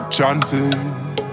Chances